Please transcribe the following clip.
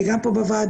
היא גם פה בוועדה.